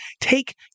take